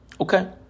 Okay